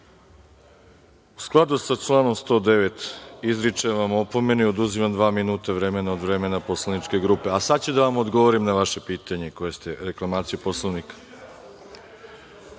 U skladu sa članom 109. izričem vam opomenu i oduzimam dva minuta vremena od vremena poslaničke grupe. Sada ću da vam odgovorim na vaše pitanje, reklamaciju Poslovnika.(Boško